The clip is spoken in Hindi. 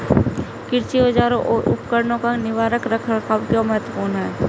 कृषि औजारों और उपकरणों का निवारक रख रखाव क्यों महत्वपूर्ण है?